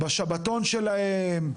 בשבתון שלהם?